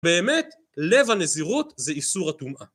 באמת, לב הנזירות זה איסור הטומאה.